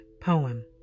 poem